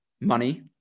money